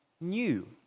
new